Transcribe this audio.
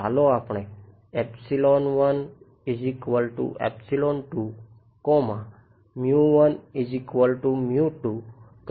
ચાલો આપણે કરીશું